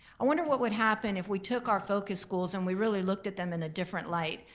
i wonder what would happen if we took our focus schools and we really looked at them in a different light?